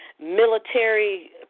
military